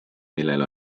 millel